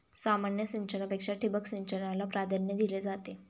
सामान्य सिंचनापेक्षा ठिबक सिंचनाला प्राधान्य दिले जाते